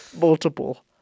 multiple